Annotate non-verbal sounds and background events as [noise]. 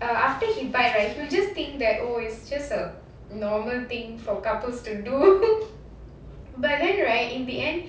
err after he bite right he'll just think that oh it's just a normal thing for couples to do [laughs] but then right in the end